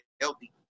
healthy